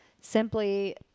simply